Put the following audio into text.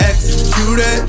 Execute